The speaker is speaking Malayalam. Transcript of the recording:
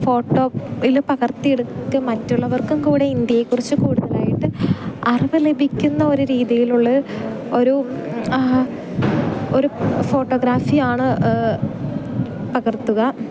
ഫോട്ടോയിൽ പകർത്തിയെടുത്ത് മറ്റുള്ളവർക്കും കൂടെ ഇന്ത്യയെക്കുറിച്ച് കൂടുതലായിട്ട് അറിവ് ലഭിക്കുന്ന ഒര് രീതിയിലുള്ള ഒരു ഒരു ഒരു ഫോട്ടോഗ്രാഫിയാണ് പകർത്തുക